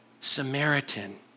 Samaritan